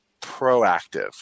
proactive